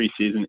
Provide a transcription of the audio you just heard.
preseason